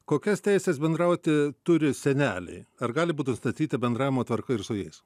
kokias teises bendrauti turi seneliai ar gali būt nustatyta bendravimo tvarka ir su jais